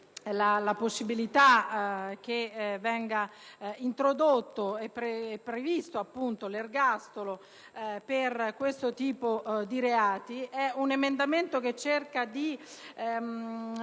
la possibilità che venga introdotto e previsto l'ergastolo per questo tipo di reati. L'emendamento cerca di